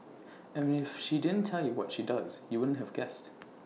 and if she didn't tell you what she does you wouldn't have guessed